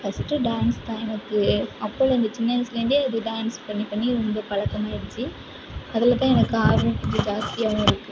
first dance தான் எனக்கு அப்போலருந்து சின்ன வயசுலேருந்தே இது டான்ஸ் பண்ணி பண்ணி ரொம்ப பழக்கமாக ஆகிடுச்சி அதில் தான் எனக்கு ஆர்வம் கொஞ்சம் ஜாஸ்த்தியாகவும் இருக்குது